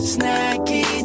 Snacky